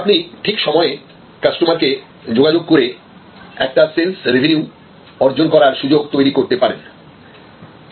যাতে আপনি ঠিক সময়ে কাস্টমারকে যোগাযোগ করে একটা সেলস রেভিনিউ অর্জন করার সুযোগ তৈরি করতে পারেন